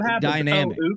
dynamic